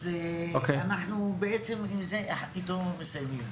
אז אנחנו בעצם איתו מסיימים,